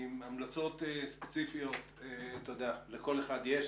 המלצות ספציפיות, אתה יודע, לכל אחד יש.